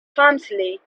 clumsily